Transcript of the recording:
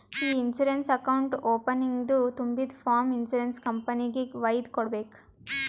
E insurance account ಓಪನಿಂಗ್ದು ತುಂಬಿದು form insurance ಕಂಪನಿಗೆಗ್ ವೈದು ಕೊಡ್ಬೇಕ್